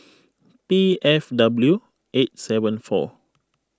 B F W eight seven four